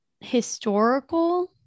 historical